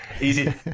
easy